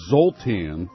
Zoltan